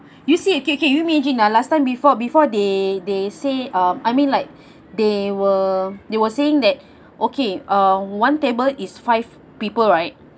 you see okay okay can you imagine ah last time before before they they say um I mean like they were they were saying that okay uh one table is five people right